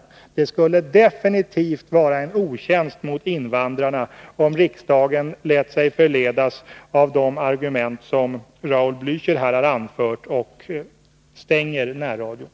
Det skulle absolut vara en otjänst mot dem om riksdagen lät sig förledas av de argument som Raul Blächer här har anfört och stänga närradion.